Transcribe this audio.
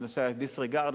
בנושא ה-disregard,